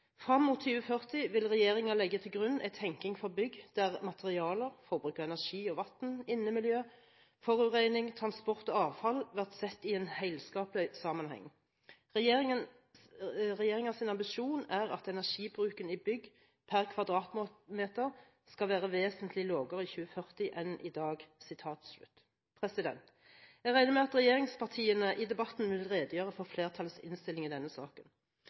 Fram mot 2040 vil regjeringa leggje til grunn ei tenking for bygg der materialar, forbruk av energi og vatn, innemiljø, forureining, transport og avfall vert sett i ein helskapleg samanheng. Regjeringa sin ambisjon er at energibruken i bygg per kvadratmeter skal vere vesentleg lågare i 2040 enn i dag.» Jeg regner med at regjeringspartiene i debatten vil redegjøre for flertallets innstilling i denne